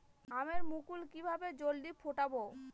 আমের মুকুল কিভাবে জলদি ফুটাব?